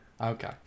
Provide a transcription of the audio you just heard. okay